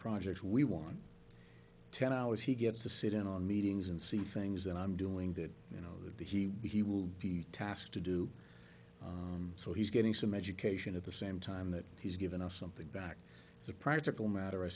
projects we want ten hours he gets to sit in on meetings and see things that i'm doing that you know would be he he would be tasked to do so he's getting some education of the same time that he's given us something back as a practical matter i